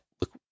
look